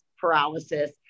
paralysis